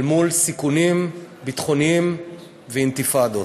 אל מול סיכונים ביטחוניים ואינתיפאדות.